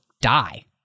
die